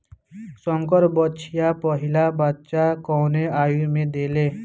संकर बछिया पहिला बच्चा कवने आयु में देले?